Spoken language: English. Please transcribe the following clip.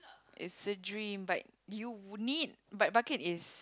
it's a dream but you would need but bucket is